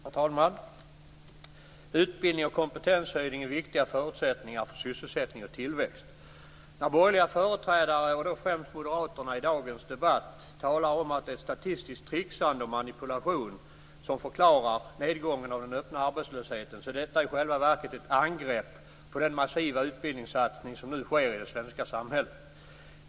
Herr talman! Utbildning och kompetenshöjning är viktiga förutsättningar för sysselsättning och tillväxt. När borgerliga företrädare, främst moderater, i dagens debatt talar om att det är ett statistiskt tricksande och manipulation som förklarar nedgången av den öppna arbetslösheten är detta i själva verket ett angrepp på den massiva utbildningssatsning som nu sker i det svenska samhället.